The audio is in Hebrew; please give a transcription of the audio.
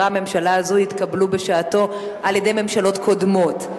הממשלה הזו התקבלו בשעתו על-ידי ממשלות קודמות.